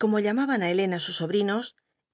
como llamaban á elena sus sobrinos